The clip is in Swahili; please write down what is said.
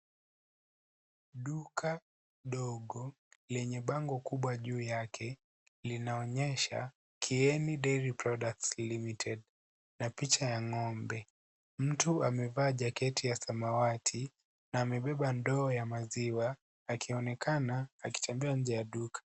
Duka dogo lenye bango kubwa juu yake linaonyesha kieni dairy products limited na picha ya ng'ombe. Mtu amevaa jaketi ya samawati na amebeba ndoo ya maziwa akionekana akitembea nje ya duka.